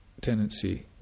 tendency